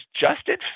Justin